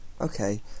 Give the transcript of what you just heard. Okay